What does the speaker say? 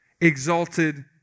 exalted